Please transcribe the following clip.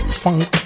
funk